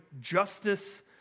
justice